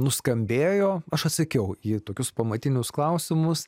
nuskambėjo aš atsakiau į tokius pamatinius klausimus